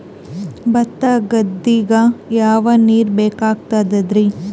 ಭತ್ತ ಗದ್ದಿಗ ಯಾವ ನೀರ್ ಬೇಕಾಗತದರೀ?